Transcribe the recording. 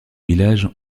village